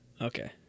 Okay